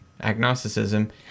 agnosticism